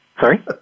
Sorry